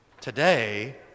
Today